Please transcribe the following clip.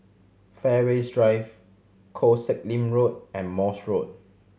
Fairways Drive Koh Sek Lim Road and Morse Road